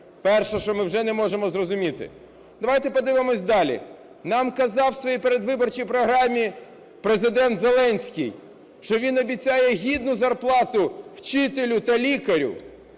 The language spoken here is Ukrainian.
Перше, що ми вже не можемо зрозуміти. Давайте подивимось далі. Нам казав в своїй передвиборчій програмі Президент Зеленський, що він обіцяє гідну зарплату вчителю та лікарю.